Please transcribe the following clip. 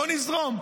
בוא נזרום,